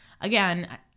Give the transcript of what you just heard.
again